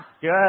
Good